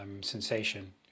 sensation